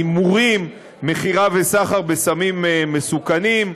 הימורים, מכירה וסחר בסמים מסוכנים.